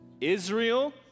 Israel